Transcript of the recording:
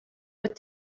what